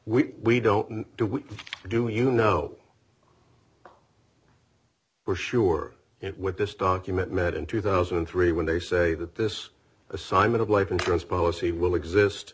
we don't know do we do you know for sure it with this document met in two thousand and three when they say that this assignment of life insurance policy will exist